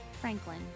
franklin